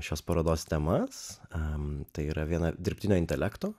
šios parodos temas tai yra viena dirbtinio intelekto